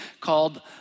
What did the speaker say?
called